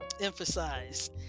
emphasize